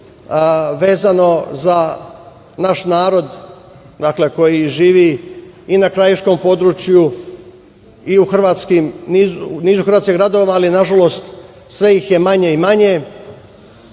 vezano za naš narod koji živi i na krajiškom području i u hrvatskim gradovima, ali nažalost sve ih je manje i manje.